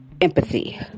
Empathy